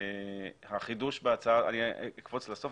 אני אקפוץ לסוף,